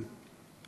עד כדי כך.